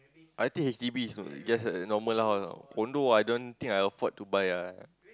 I think H_D_B just a normal house lah condo I don't think I afford to buy ah